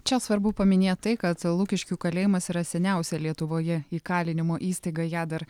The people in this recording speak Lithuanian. čia svarbu paminėt tai kad lukiškių kalėjimas yra seniausia lietuvoje įkalinimo įstaiga ją dar